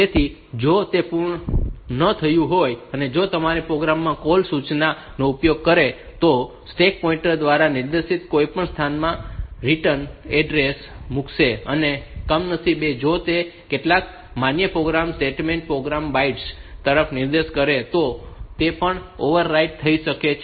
તેથી જો તે પૂર્ણ ન થયું હોય અને જો તમારો પ્રોગ્રામ કૉલ સૂચના નો ઉપયોગ કરે તો સ્ટેક પોઇન્ટર દ્વારા નિર્દેશિત કોઈપણ સ્થાનમાં રિટર્ન એડ્રેસ મૂકશે અને કમનસીબે જો તે કેટલાક માન્ય પ્રોગ્રામ સ્ટેટમેન્ટ્સ પ્રોગ્રામ બાઇટ્સ તરફ નિર્દેશ કરે તો તે પણ ઓવરરાઈટ થઈ જશે